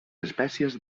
espècies